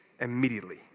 immediately